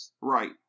Right